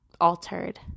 altered